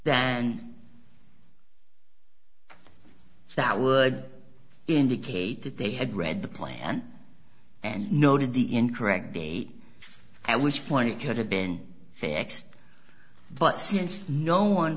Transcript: than that would indicate that they had read the plan and noted the incorrect date and which point it could have been fixed but since no on